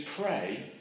pray